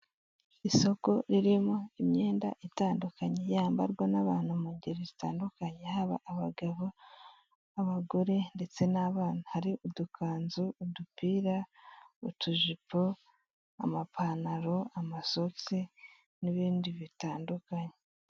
Isoko ririmo imyenda itandukanye yambarwa n'abantu mu ngeri zitandukanye. Haba abagabo, abagore, ndetse n'abana. Hari udukanzu, udupira, utujipo, amapantaro, amasogisi, n'ibindi bitandukanye.